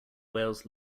wales